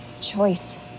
Choice